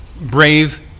brave